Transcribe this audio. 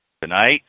Tonight